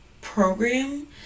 program